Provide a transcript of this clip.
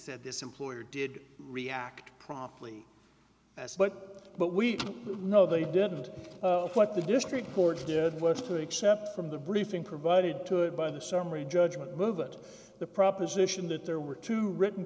said this employer did react promptly as what but we know they didn't what the district court did was to accept from the briefing provided to it by the summary judgment move that the proposition that there were two written